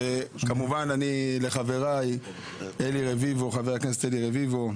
כמובן לחבריי, חבר הכנסת אלי רביבו,